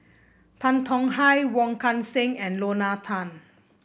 Tan Tong Hye Wong Kan Seng and Lorna Tan